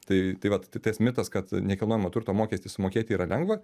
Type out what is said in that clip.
tai tai vat tas mitas kad nekilnojamo turto mokestį sumokėti yra lengva